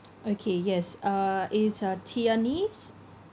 okay yes uh it's uh tianis